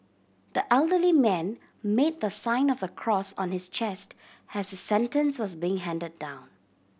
the elderly man made the sign of the cross on his chest has sentence was being handed down